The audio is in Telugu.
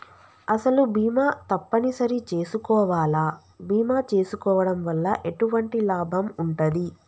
అసలు బీమా తప్పని సరి చేసుకోవాలా? బీమా చేసుకోవడం వల్ల ఎటువంటి లాభం ఉంటది?